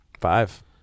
five